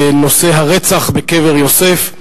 בנושא הרצח בקבר יוסף.